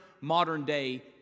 modern-day